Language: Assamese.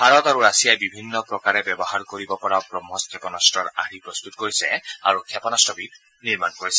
ভাৰত আৰু ৰাছিয়াই বিভিন্ন প্ৰকাৰে ব্যৱহাৰ কৰিব পৰা ব্ৰহ্মছ ক্ষেপনাস্তৰ আৰ্হি প্ৰস্তত কৰিছে আৰু ক্ষেপনাস্ত্ৰবিধ নিৰ্মাণ কৰিছে